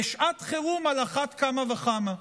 ובשעת חירום על אחת כמה וכמה.